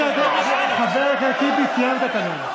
חבר הכנסת טיבי, סיימת את הנאום.